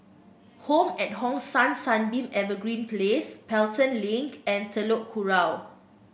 home at Hong San Sunbeam Evergreen Place Pelton Link and Telok Kurau